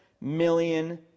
million